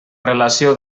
relació